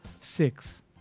six